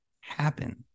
happen